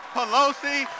Pelosi